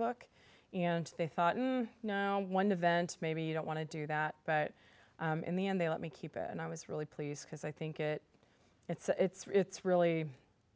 book and they thought one event maybe you don't want to do that but in the end they let me keep it and i was really pleased because i think it it's it's it's really